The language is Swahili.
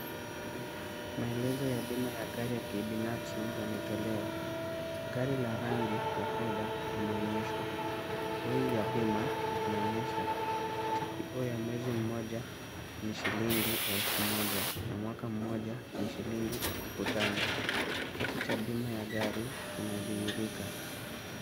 Maelezo ya bima ya gari ya kibinafsi yametolewa. Gari la rangi ya fedha limeonyeshwa, bei ya bima imeonyeshwa. TPO ya mwezi moja ni shilingi elfu moja na mwaka mmoja ni shilingi elfu tano. Cheti cha bima ya gari inadhihirika.